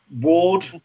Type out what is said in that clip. Ward